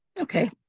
Okay